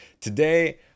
today